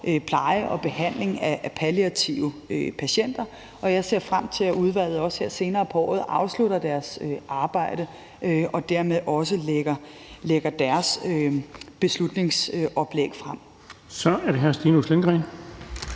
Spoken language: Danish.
pleje og behandling af palliative patienter, og jeg ser frem til, at udvalget også her senere på året afslutter deres arbejde og dermed også lægger deres beslutningsoplæg frem. Kl. 17:26 Den fg.